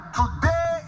today